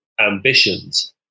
ambitions